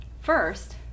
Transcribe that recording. first